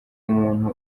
umuntu